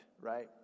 right